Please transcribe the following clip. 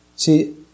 See